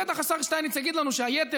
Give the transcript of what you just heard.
בטח השר שטייניץ יגיד לנו שהיתר,